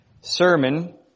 sermon